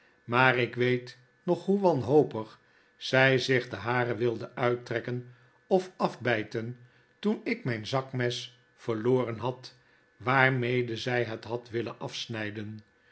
maar ik weet nog hoe wanhopig zy zich de haren wilde uittresken of afbyten toen ik mijn zakmes verloren had waarmede zy het had willen afsnijden